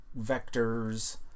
vectors